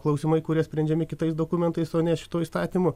klausimai kurie sprendžiami kitais dokumentais o ne šituo įstatymu